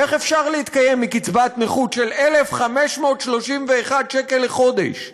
איך אפשר להתקיים מקצבת נכות של 1,531 שקל לחודש?